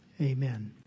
Amen